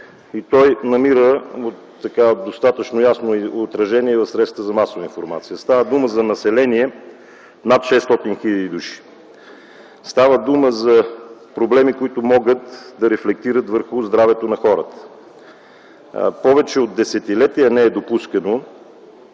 и той намира достатъчно ясно отражение в средствата за масова информация. Става дума за население над 600 хил. души. Става дума за проблеми, които могат да рефлектират върху здравето на хората. Повече от десетилетие не е допускано